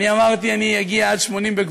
אמרתי: אני אגיע עד 80,